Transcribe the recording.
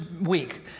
week